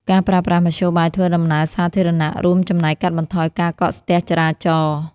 ការប្រើប្រាស់មធ្យោបាយធ្វើដំណើរសាធារណៈ រួមចំណែកកាត់បន្ថយការកកស្ទះចរាចរណ៍។